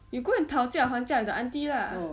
you go and 讨价还价 with the auntie lah